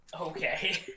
Okay